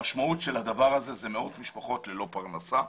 המשמעות של הדבר הזה היא מאות משפחות ללא פרנסה,